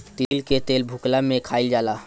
तीली के तेल भुखला में खाइल जाला